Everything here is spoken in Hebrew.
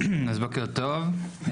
בוקר טוב,